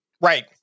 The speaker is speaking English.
Right